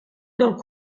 del